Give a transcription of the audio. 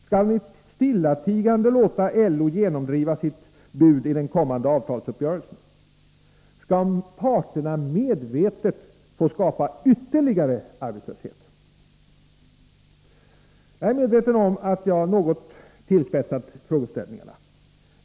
Skall ni stillatigande låta LO genomdriva sitt bud i den kommande avtalsuppgörelsen? Skall parterna medvetet få skapa ytterligare arbetslöshet? Jag är medveten om att jag något tillspetsat frågeställningarna.